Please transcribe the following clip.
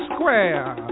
Square